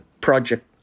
Project